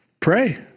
Pray